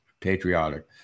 patriotic